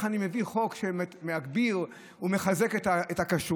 אני מביא חוק ש"מגביר ומחזק את הכשרות",